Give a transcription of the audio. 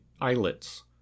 islets